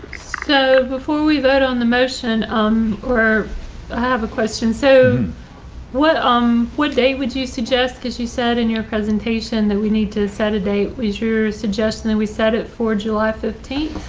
so before we vote on the motion, um or i have a question so what i'm what day would you suggest because you said in your presentation that we need to saturday was your suggestion that we set it for july fifteen.